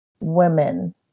women